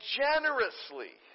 generously